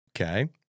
okay